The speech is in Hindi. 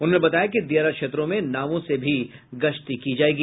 उन्होंने बताया कि दियारा क्षेत्रों में नावों से भी गश्ती की जायेगी